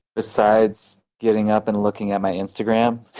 besides getting up and looking at my instagram?